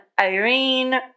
Irene